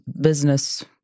business